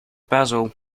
basil